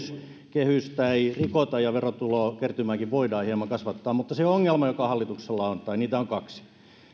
kehystä ei rikota ja verotulokertymääkin voidaan hieman kasvattaa mutta se ongelma joka hallituksella on tai niitä on kaksi